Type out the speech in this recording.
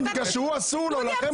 כי לו אסור ולכם מותר.